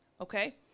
okay